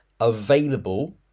available